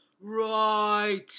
Right